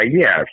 yes